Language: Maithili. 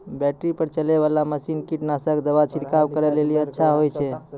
बैटरी पर चलै वाला मसीन कीटनासक दवा छिड़काव करै लेली अच्छा होय छै?